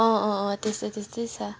अँ अँ अँ त्यस्तै त्यस्तै छ